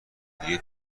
دیگه